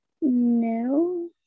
no